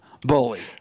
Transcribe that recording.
Bully